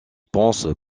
pense